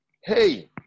Hey